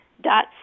dot